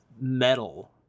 metal